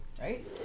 right